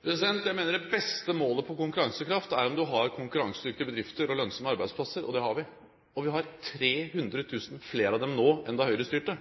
Jeg mener at målet for god konkurransekraft er å ha konkurransedyktige bedrifter og lønnsomme arbeidsplasser, og det har vi. Vi har 300 000 flere av dem nå enn da Høyre styrte.